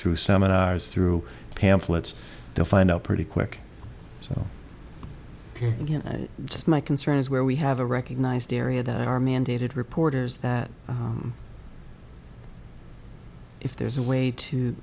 through seminars through pamphlets they'll find out pretty quick so just my concerns where we have a recognized area that are mandated reporters that if there's a way to